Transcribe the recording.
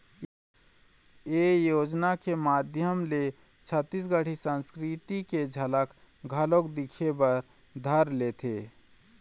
ए योजना के माधियम ले छत्तीसगढ़ी संस्कृति के झलक घलोक दिखे बर धर लेथे